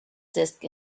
disk